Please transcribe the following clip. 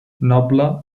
noble